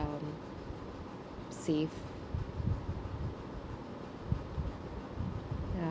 um save ya